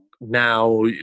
now